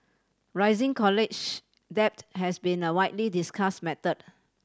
rising college debt has been a widely discussed matter